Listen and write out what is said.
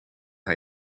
hij